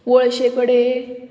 वळशे कडेन